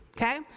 okay